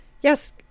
Yes